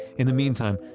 in the meantime,